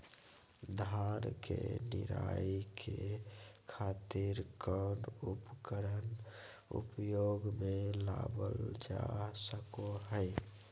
धान के निराई के खातिर कौन उपकरण उपयोग मे लावल जा सको हय?